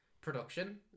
production